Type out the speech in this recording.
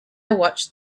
watched